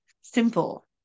simple